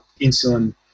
insulin